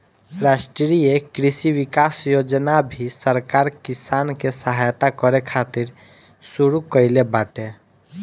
राष्ट्रीय कृषि विकास योजना भी सरकार किसान के सहायता करे खातिर शुरू कईले बाटे